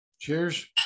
Cheers